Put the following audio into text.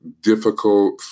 difficult